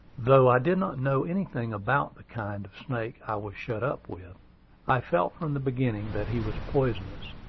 though i did not know anything about the kind of snake i was shut up with, i felt from the beginning that he was poisonous,